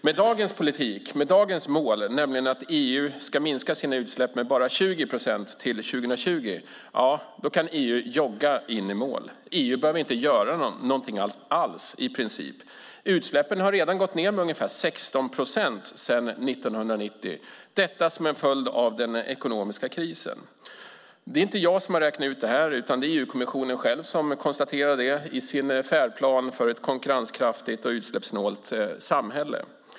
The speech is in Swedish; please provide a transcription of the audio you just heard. Med dagens politik, med dagens mål, nämligen att EU ska minska sina utsläpp med bara 20 procent till 2020 kan EU jogga in i mål. EU behöver inte göra någonting alls, i princip. Utsläppen har redan gått ned med ungefär 16 procent sedan 1990, detta som en följd av den ekonomiska krisen. Det är inte jag som har räknat ut det här, utan det är EU-kommissionen själv som konstaterar det i sin färdplan för ett konkurrenskraftigt och utsläppssnålt samhälle.